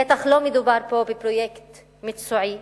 בטח לא מדובר פה בפרויקט מקצועי,